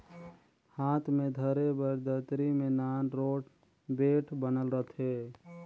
हाथ मे धरे बर दतरी मे नान रोट बेठ बनल रहथे